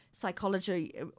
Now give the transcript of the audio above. psychology